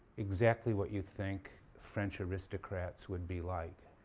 exactly what you'd think french aristocrats would be like,